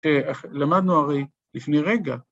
למדנו הרי לפני רגע.